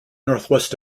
northwest